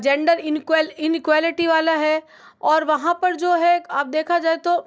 gender inequal inequality वाला है और वहाँ पर जो है आप देखा जाए तो